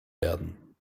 werden